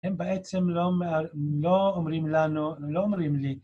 הם בעצם לא אומרים לנו, לא אומרים לי.